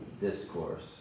discourse